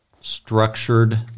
structured